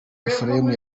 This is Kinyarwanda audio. ephrem